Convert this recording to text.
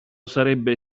sarebbe